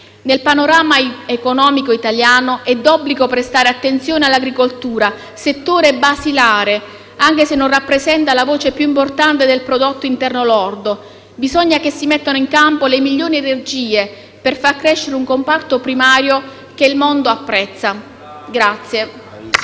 Nel panorama economico italiano è d'obbligo prestare attenzione all'agricoltura, settore basilare, anche se non rappresenta la voce più importante del prodotto interno lordo. Bisogna che si mettano in campo le migliori energie per far crescere un comparto primario che il mondo apprezza.